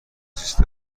زیست